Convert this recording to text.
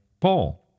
Paul